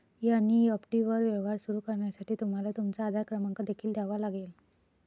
NEFT वर व्यवहार सुरू करण्यासाठी तुम्हाला तुमचा आधार क्रमांक देखील द्यावा लागेल